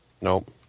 Nope